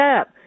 up